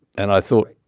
and i thought,